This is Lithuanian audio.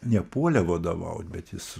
nepuolė vadovaut bet jis